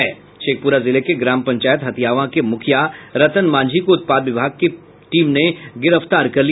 शेखप्ररा जिले के ग्राम पंचायत हथियावां के मुखिया रतन मांझी को उत्पाद विभाग की पुलिस ने गिरफ्तार किया